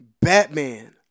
Batman